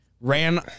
Ran